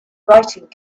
writing